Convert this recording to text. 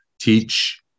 teach